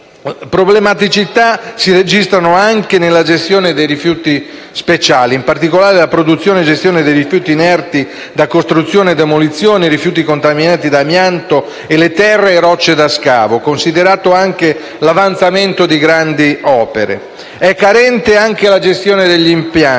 Problematicità si registrano anche nella gestione dei rifiuti speciali, in particolare per la produzione e gestione dei rifiuti inerti da costruzione e demolizione, dei rifiuti contaminati da amianto e delle terre e rocce da scavo, considerato anche l'avanzamento di grandi opere. È carente anche la gestione degli impianti